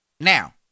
Now